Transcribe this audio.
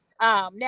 now